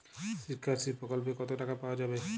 শিক্ষাশ্রী প্রকল্পে কতো টাকা পাওয়া যাবে?